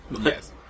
Yes